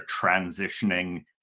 transitioning